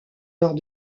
lors